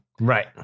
Right